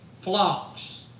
flocks